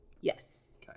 Yes